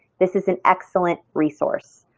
this is an excellent resource.